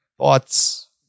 Thoughts